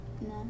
No